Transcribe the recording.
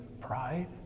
Pride